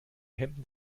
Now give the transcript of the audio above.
hemden